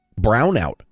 brownout